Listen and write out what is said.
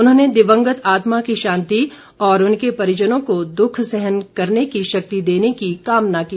उन्होंने दिवंगत आत्मा की शांति और उनके परिजनों को दुख सहने की शक्ति देने की कामना की